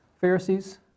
Pharisees